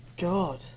god